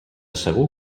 segur